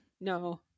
No